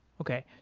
okay.